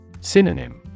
Synonym